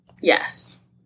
Yes